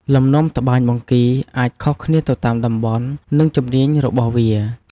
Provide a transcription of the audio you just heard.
លំនាំត្បាញបង្គីអាចខុសគ្នាទៅតាមតំបន់ និងជំនាញរបស់ជាង។